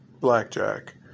blackjack